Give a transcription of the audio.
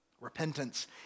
Repentance